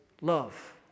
love